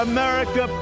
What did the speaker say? America